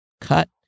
cut